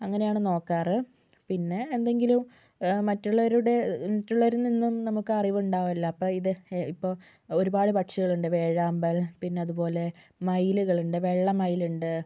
അങ്ങനെയാണ് നോക്കാറ് പിന്നെ എന്തെങ്കിലും മറ്റുള്ളവരുടെ മറ്റുള്ളവരിൽ നിന്നും നമുക്ക് അറിവുണ്ടാകുമല്ലോ അപ്പോൾ ഇത് ഇപ്പോൾ ഒരുപാട് പക്ഷികളുണ്ട് വേഴാമ്പൽ പിന്നതുപോലെ മയിലുകളുണ്ട് വെള്ള മയിലുണ്ട്